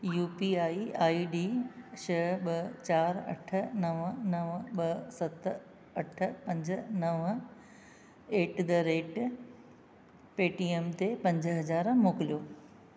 U P I I D छह ॿ चार अठ नव नव ॿ सत अठ पंज नव एट द रेट पेटीएम ते पंज हज़ार मोकिलियो